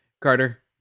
Carter